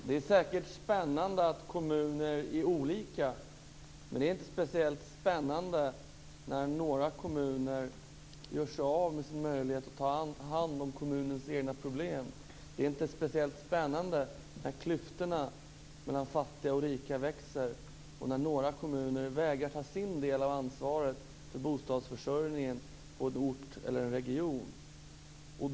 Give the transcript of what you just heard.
Fru talman! Det är säkert spännande att kommuner är olika. Men det är inte speciellt spännande när några kommuner gör sig av med sin möjlighet att ta hand om kommunens egna problem. Det är inte speciellt spännande när klyftorna mellan fattiga och rika växer och när några kommuner vägrar att ta sin del av ansvaret för bostadsförsörjningen på en ort eller i en region.